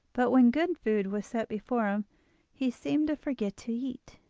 but when good food was set before him he seemed to forget to eat.